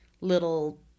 little